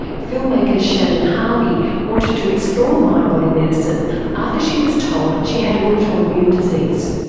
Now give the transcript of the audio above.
filmmaker shannon harvey wanted to explore mind body medicine after she was told she had an autoimmune disease.